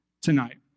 tonight